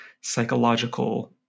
psychological